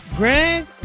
Greg